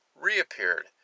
reappeared